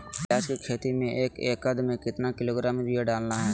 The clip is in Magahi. प्याज की खेती में एक एकद में कितना किलोग्राम यूरिया डालना है?